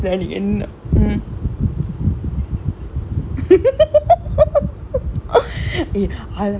இல்ல இல்ல:illa illa laptop leh இருக்கென்ல:irukkaenla laptop leh பற்றுக்கும் அது யாருக்கும் தெரியமாடிங்குது:pattrukkum athu yaarukkum theriyamaatinkkuthu